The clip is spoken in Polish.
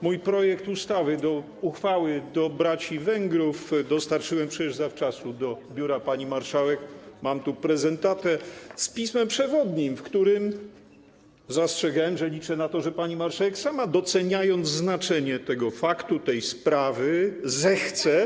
Mój projekt uchwały skierowanej do braci Węgrów dostarczyłem przecież zawczasu do biura pani marszałek - mam tu prezentatę - z pismem przewodnim, w którym zastrzegałem, że liczę na to, że pani marszałek sama, doceniając znaczenie tego faktu, tej sprawy, zechce.